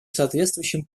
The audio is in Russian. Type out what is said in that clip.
соответствующим